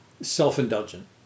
Self-indulgent